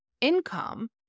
income